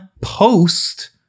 post